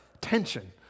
tension